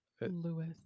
Lewis